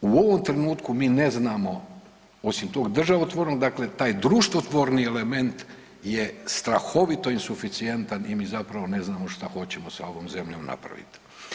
U ovom trenutku mi ne znamo osim tog državotvornog, dakle taj društvotvorni element je strahovito insuficijentan i mi zapravo ne znamo šta hoćemo sa ovom zemljom na praviti.